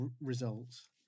results